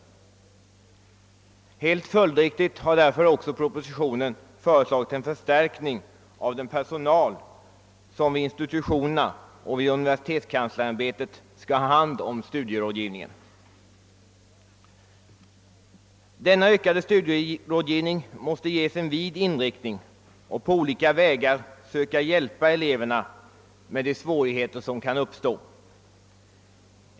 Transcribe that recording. Helt följdriktigt föreslås i propositionen en förstärkning av den personal som vid institutionerna och vid universitetskanslersämbetet skall handha studierådgivningen. Denna ökade studierådgivning måste ges en vid inriktning och på olika vägar söka lösa elevernas problem.